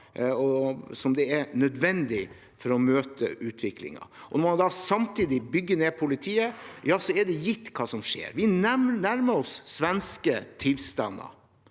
som er nødvendig for å møte utviklingen. Når man samtidig bygger ned politiet, er det gitt hva som skjer. Vi nærmer oss svenske tilstander.